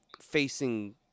facing